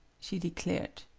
she declared.